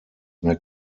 mehr